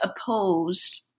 opposed